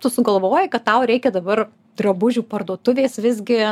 tu sugalvoji kad tau reikia dabar drabužių parduotuvės visgi